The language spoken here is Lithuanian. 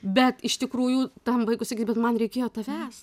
bet iš tikrųjų tam vaikui sakyt bet man reikėjo tavęs